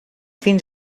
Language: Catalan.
fins